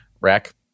Rack